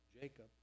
Jacob